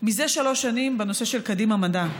זה שלוש שנים בנושא של קדימה מדע,